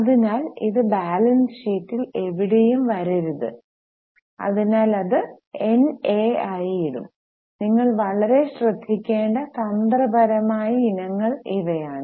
അതിനാൽ ഇത് ബാലൻസ് ഷീറ്റിൽ എവിടെയും വരരുത് അതിനാൽ അത് NA ആയി ഇടും നിങ്ങൾ വളരെ ശ്രദ്ധിക്കേണ്ട തന്ത്രപരമായ ഇനങ്ങൾ ഇവയാണ്